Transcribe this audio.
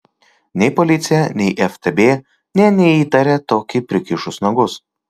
nei policija nei ftb nė neįtarė tokį prikišus nagus